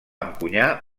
encunyar